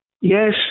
Yes